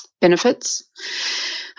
benefits